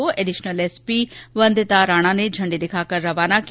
rally को additional SP Vandita Rana ने झंडी दिखाकर रवाना किया